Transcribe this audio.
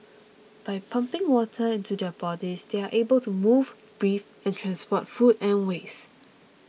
by pumping water into their bodies they are able to move breathe and transport food and waste